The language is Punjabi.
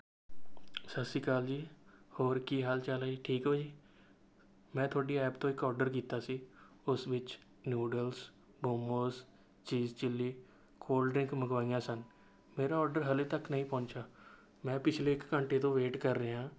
ਸਤਿ ਸ੍ਰੀ ਅਕਾਲ ਜੀ ਹੋਰ ਕੀ ਹਾਲ ਚਾਲ ਹੈ ਜੀ ਠੀਕ ਹੋ ਜੀ ਮੈਂ ਤੁਹਾਡੀ ਐਪ ਤੋਂ ਇੱਕ ਆਰਡਰ ਕੀਤਾ ਸੀ ਉਸ ਵਿੱਚ noodles momos cheese chilli cold drink ਮੰਗਵਾਈਆਂ ਸਨ ਮੇਰਾ ਆਰਡਰ ਹਾਲੇ ਤੱਕ ਨਹੀਂ ਪਹੁੰਚਿਆ ਮੈਂ ਪਿਛਲੇ ਇੱਕ ਘੰਟੇ ਤੋਂ ਵੇਟ ਕਰ ਰਿਹਾਂ